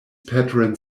patron